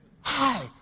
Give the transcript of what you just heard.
Hi